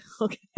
Okay